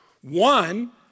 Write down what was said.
One